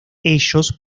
ellos